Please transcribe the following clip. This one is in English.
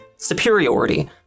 Superiority